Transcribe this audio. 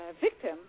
victim